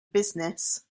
business